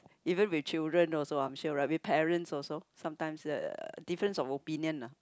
even with children also I'm sure right with parents also sometimes that different of opinion lah